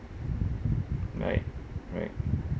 right right